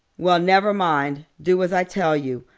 well, never mind, do as i tell you.